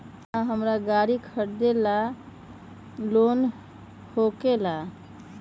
का हमरा गारी खरीदेला लोन होकेला?